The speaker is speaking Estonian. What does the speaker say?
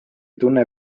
tunne